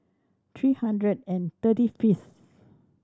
three hundred and thirty fifth